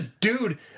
dude